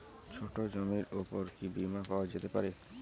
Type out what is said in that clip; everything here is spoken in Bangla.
ছোট জমির উপর কি বীমা পাওয়া যেতে পারে?